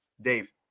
Dave